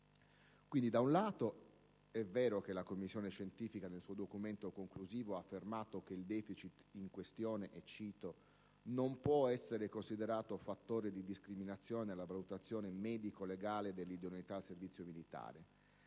Quindi, da un lato è vero che la commissione scientifica nel suo documento conclusivo ha affermato che il deficit in questione «non può essere considerato fattore di discriminazione nella valutazione medico-legale dell'idoneità al servizio militare»,